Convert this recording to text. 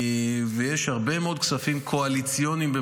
יש הרבה מאוד כספים "קואליציוניים".